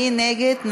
מי נגד?